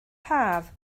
haf